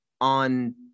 on